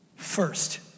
First